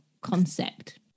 concept